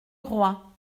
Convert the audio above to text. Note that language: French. roi